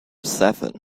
seven